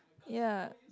ya